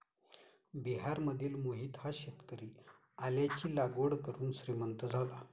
बिहारमधील मोहित हा शेतकरी आल्याची लागवड करून श्रीमंत झाला